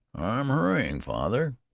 i'm hurrying, father.